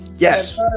yes